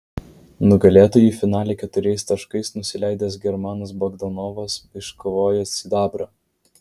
nugalėtojui finale keturiais taškais nusileidęs germanas bogdanovas iškovojo sidabrą